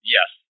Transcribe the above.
Yes